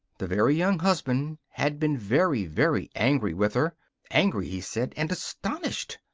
the very young husband had been very, very angry with her angry, he said, and astonished!